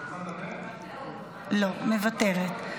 לא, מוותרת.